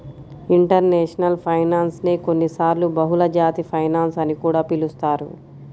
international finance నే కొన్నిసార్లు బహుళజాతి ఫైనాన్స్ అని కూడా పిలుస్తారు